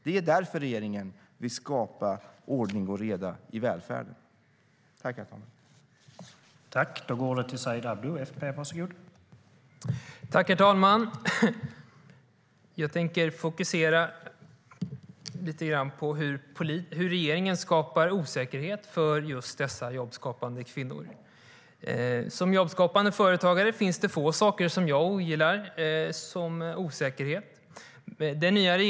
Det är därför regeringen vill skapa ordning och reda i välfärden.